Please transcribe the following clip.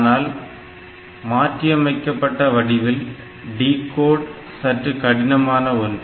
ஆனால் மாற்றியமைக்கப்பட்ட வடிவில் டிகோட் சற்று கடினமான ஒன்று